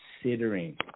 considering